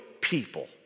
people